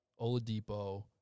Oladipo